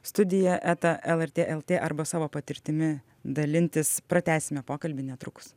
studija eta lrt el tė arba savo patirtimi dalintis pratęsime pokalbį netruks